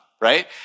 right